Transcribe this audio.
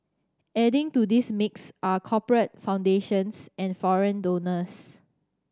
adding to this mix are corporate foundations and foreign donors